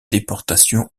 déportation